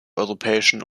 europäischen